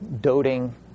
doting